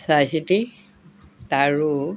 চাই চিতি আৰু